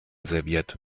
serviert